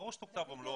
ברור שתוקצב במלואו,